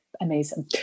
amazing